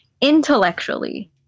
intellectually